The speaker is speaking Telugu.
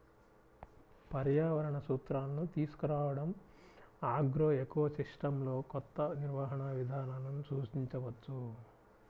పర్యావరణ సూత్రాలను తీసుకురావడంఆగ్రోఎకోసిస్టమ్లోకొత్త నిర్వహణ విధానాలను సూచించవచ్చు